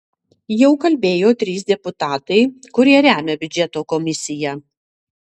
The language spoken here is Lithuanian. jau kalbėjo trys deputatai kurie remia biudžeto komisiją